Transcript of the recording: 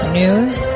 news